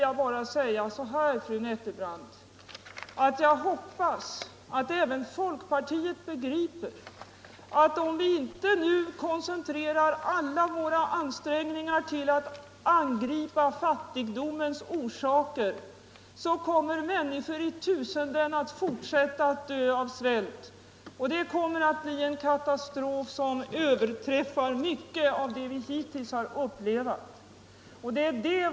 Jag hoppas, fru Nettelbrandt, att även folkpartiet begriper att om vi inte nu koncentrerar alla våra ansträngningar på att angripa fattigdomens orsaker kommer människor i tusenden att fortsätta att dö av svält, och det kommer att bli en katastrof som överträffar mycket av vad vi hittills har upplevt.